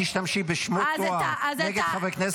-- תשתמשי בשמות תואר נגד חברי כנסת,